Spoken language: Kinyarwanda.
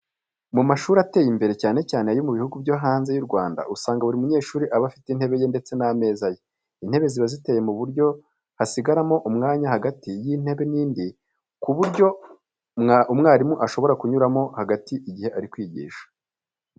Mu mashuri ateye imbere cyane cyane ayo mu bihugu byo hanze y'u Rwanda usanga buri munyeshuri aba afite intebe ye ndetse n'ameza ye. Intebe ziba ziteye mu buryo hasigaramo umwanya hagati y'intebe n'indi ku buryo umwarimu ashobora kunyuramo hagati igihe ari kwigisha.